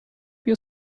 your